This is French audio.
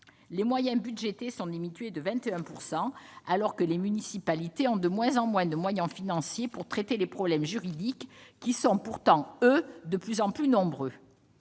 Les moyens budgétés sont diminués de 21 %, alors que les municipalités ont de moins en moins de moyens financiers pour traiter les problèmes juridiques, qui sont pourtant, eux, de plus en plus nombreux.